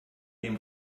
dem